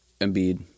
Embiid